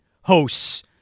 hosts